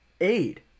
aid